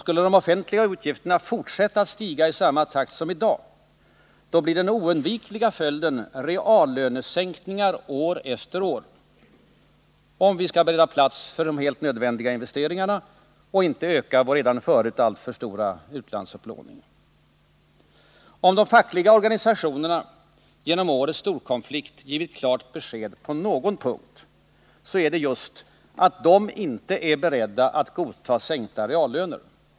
Skulle de offentliga utgifterna fortsätta att stiga i samma takt som i dag blir den oundvikliga följden reallönesänkningar år efter år, om vi skall bereda plats för de helt nödvändiga investeringarna och inte öka vår redan förut alltför stora utlandsupplåning. Om de fackliga organisationerna genom årets storkonflikt givit klart besked på någon punkt, så är det just att de inte är beredda att godta sänkta reallöner.